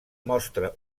mostra